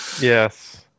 yes